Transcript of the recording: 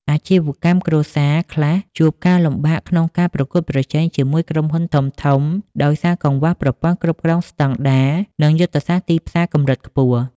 អាជីវកម្មគ្រួសារខ្លះជួបការលំបាកក្នុងការប្រកួតប្រជែងជាមួយក្រុមហ៊ុនធំៗ ដោយសារកង្វះប្រព័ន្ធគ្រប់គ្រងស្តង់ដារ និងយុទ្ធសាស្ត្រទីផ្សារកម្រិតខ្ពស់។